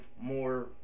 more